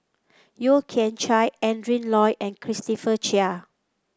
Yeo Kian Chye Adrin Loi and Christopher Chia